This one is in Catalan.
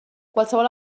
qualsevol